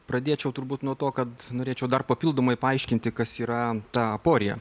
pradėčiau turbūt nuo to kad norėčiau dar papildomai paaiškinti kas yra ta aporija